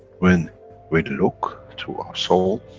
when we look through our soul